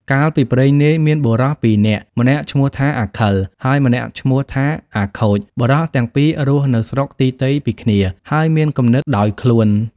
កាលពីព្រេងនាយមានបុរស២នាក់ម្នាក់ឈ្មោះថាអាខិលហើយ ម្នាក់ឈ្មោះថាអាខូចបុរសទាំងពីររស់នៅស្រុកទីទៃពីគ្នាហើយមានគំនិតដោយខ្លួន។